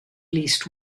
least